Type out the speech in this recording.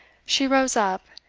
she rose up,